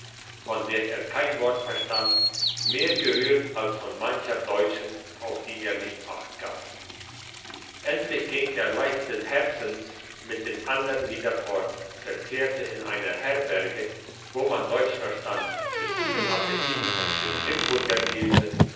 von der er kein wort verstand mehr gerührt als von mancher deutschen auf die er nicht achtgab endlich ging er leichten herzens mit den andern wieder fort verzehrte in einer herberge wo man deutsch verstand mit gutem appetit ein stück limburger